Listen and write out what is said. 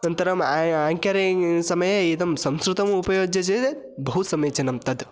अनन्तरम् आङ्करिङ्ग् समये इदं संस्कृतम् उपयुज्यते चेत् बहु समीचीनं तत्